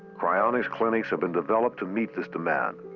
cryonics clinics have been developed to meet this demand.